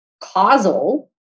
causal